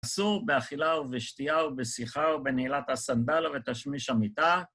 אסור באכילה ובשתייה ובשיחה ובנהילת הסנדל ובתשמיש המיטה.